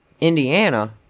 Indiana